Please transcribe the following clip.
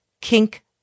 Kink